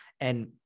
And-